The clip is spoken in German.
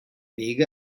wege